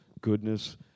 goodness